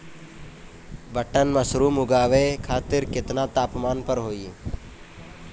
Button mushroom उगावे खातिर केतना तापमान पर होई?